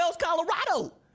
Colorado